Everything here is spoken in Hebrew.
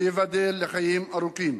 שייבדל לחיים ארוכים,